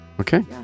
Okay